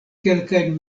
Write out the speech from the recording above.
kelkajn